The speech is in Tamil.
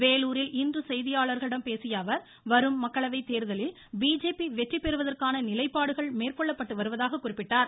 வேலூரில் இன்று செய்தியாளர்களிடம் பேசிய அவர் வரும் மக்களவைத் தேர்தலில் பிஜேபி வெற்றி பெறுவதற்கான நிலைப்பாடுகள் மேற்கொள்ளப்பட்டு வருவதாக குறிப்பிட்டார்